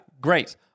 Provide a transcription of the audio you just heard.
Great